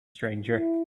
stranger